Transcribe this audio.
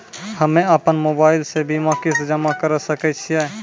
हम्मे अपन मोबाइल से बीमा किस्त जमा करें सकय छियै?